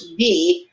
TV